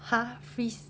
!huh! freeze